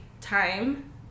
time